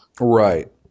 Right